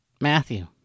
Matthew